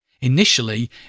Initially